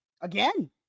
Again